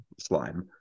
slime